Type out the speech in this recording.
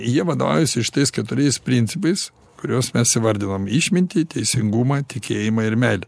jie vadovaujasi šitais keturiais principais kuriuos mes įvardinom išmintį teisingumą tikėjimą ir meilę